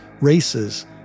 races